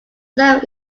self